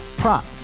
Prop